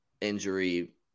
injury